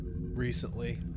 recently